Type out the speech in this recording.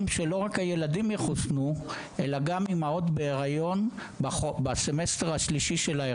שלא רק הילדים יחוסנו אלא גם אימהות בהיריון בסמסטר השלישי.